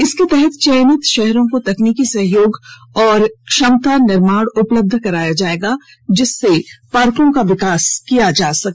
इसके तहत चयनित शहरों को तकनीकी सहयोग और क्षमता निर्माण उपलब्ध कराया जाएगा जिससे पार्कों का विकास किया जा सके